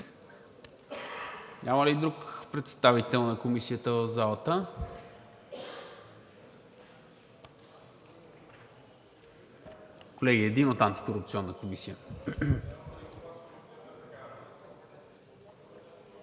Няма ли друг представител на Комисията в залата? Колеги, един от Антикорупционната комисия?